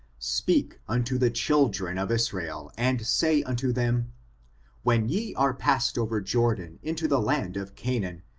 speak unto the chil dren of israel, and say unto them when ye are passed over jordan into the land of canaan,